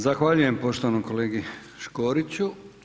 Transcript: Zahvaljujem poštovanom kolegi Škoriću.